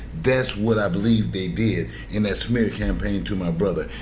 that's what i believe they did in that smear campaign to my brother.